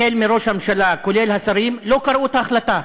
החל בראש הממשלה, כולל השרים, לא קרא את החלטה,